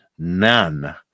none